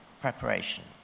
preparation